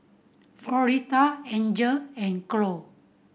Floretta Angel and Cloyd